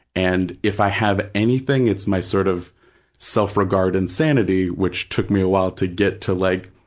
and if i have anything, it's my sort of self-regard and sanity, which took me a while to get to like,